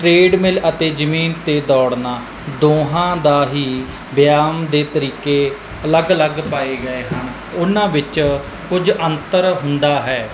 trade ਮਿਲ ਅਤੇ ਜ਼ਮੀਨ 'ਤੇ ਦੌੜਨਾ ਦੋਹਾਂ ਦਾ ਹੀ ਬਿਆਨ ਦੇ ਤਰੀਕੇ ਅਲੱਗ ਅਲੱਗ ਪਾਏ ਗਏ ਹਨ ਉਹਨਾਂ ਵਿੱਚ ਕੁਝ ਅੰਤਰ ਹੁੰਦਾ ਹੈ